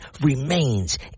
remains